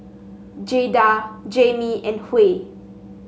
Jada Jamie and Huey